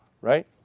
right